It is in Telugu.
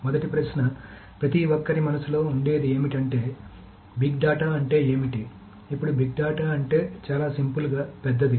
మొదటి ప్రశ్న ప్రతి ఒక్కరి మనస్సులో ఉండేది ఏమిటంటే బిగ్ డేటా అంటే ఏమిటి ఇప్పుడు బిగ్ డేటా అంటే చాలా సింపుల్గా పెద్దది